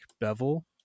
bevel